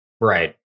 Right